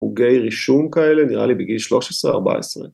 חוגי רישום כאלה, ‫נראה לי בגיל 13-14.